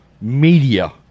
media